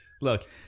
Look